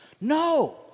No